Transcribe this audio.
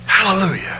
hallelujah